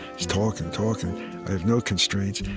talk and talk, and i have no constraints.